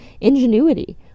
ingenuity